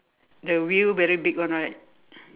the wheel very big [one] right